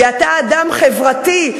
כי אתה אדם חברתי,